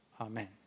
Amen